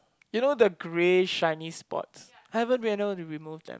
you know the grey shiny spots I haven't been able to remove them